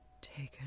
Taken